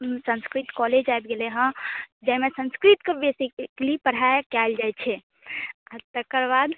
Sanskrit college आबि गेलै हँ जाहिमे संस्कृतके बेसी कालि पढ़ायल जाइत छै आ तकरबाद